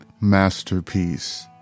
Masterpiece